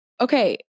Okay